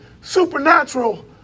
supernatural